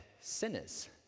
sinners